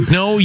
no